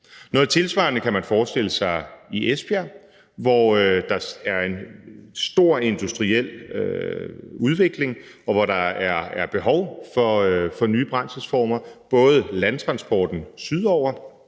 Noget tilsvarende kan man forestille sig i Esbjerg, hvor der er en stor industriel udvikling, og hvor der er behov for nye brændselsformer, både til landtransporten sydover,